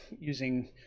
using